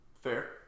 Fair